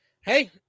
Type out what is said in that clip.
Hey